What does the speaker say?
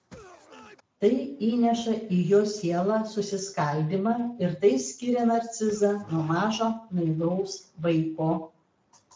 tai įneša į jo sielą susiskaldymą ir tai skiria narcizą nuo mažo naivaus vaiko